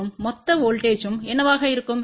மற்றும் மொத்த வோல்ட்டேஜ்ம் என்னவாக இருக்கும்